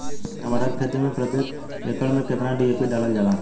टमाटर के खेती मे प्रतेक एकड़ में केतना डी.ए.पी डालल जाला?